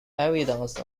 evidence